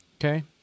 Okay